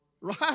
Right